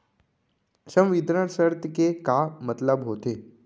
संवितरण शर्त के का मतलब होथे?